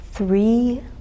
Three